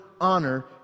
honor